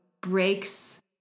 breaks